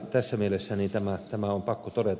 tässä mielessä tämä on pakko todeta